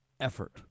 effort